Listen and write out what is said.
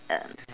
um